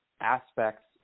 aspects